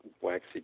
waxy